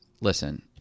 Listen